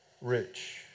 rich